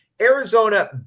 Arizona